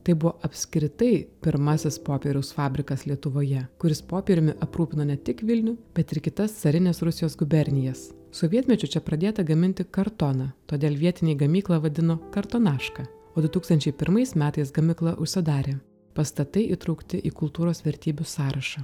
tai buvo apskritai pirmasis popieriaus fabrikas lietuvoje kuris popieriumi aprūpino ne tik vilnių bet ir kitas carinės rusijos gubernijas sovietmečiu čia pradėta gaminti kartoną todėl vietiniai gamyklą vadino kartonaška o du tūkstančiai pirmais metais gamykla užsidarė pastatai įtraukti į kultūros vertybių sąrašą